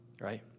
right